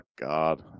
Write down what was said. God